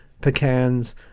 pecans